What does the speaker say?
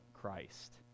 Christ